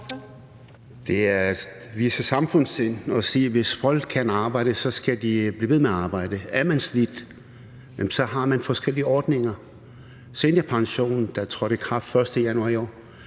Det er at vise samfundssind at sige, at hvis folk kan arbejde, skal de blive ved med at arbejde. Er man slidt, har man forskellige ordninger. Seniorpensionen, der trådte i kraft den 1. januar i år,